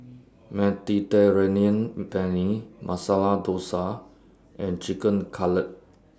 Mediterranean Penne Masala Dosa and Chicken Cutlet